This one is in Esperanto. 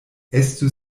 estu